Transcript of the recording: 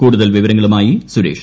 കൂടുതൽ വിവരങ്ങളുമായി സുരേഷ്